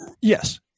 Yes